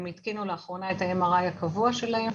הם התקינו לאחרונה את ה-MRI הקבוע שלהם,